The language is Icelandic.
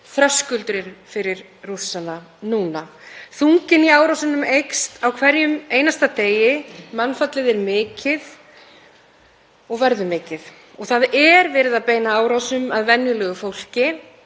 þröskuldurinn fyrir Rússa núna. Þunginn í árásunum eykst á hverjum einasta degi. Mannfallið er mikið og verður mikið og það er verið að beina árásum að venjulegu fólki.